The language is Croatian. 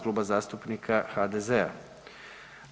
Kluba zastupnika HDZ-a.